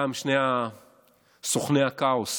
שני סוכני הכאוס